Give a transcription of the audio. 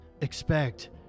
Expect